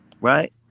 right